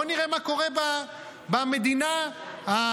בוא נראה מה קורה במדינה הדמוקרטית